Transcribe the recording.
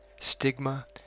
Stigma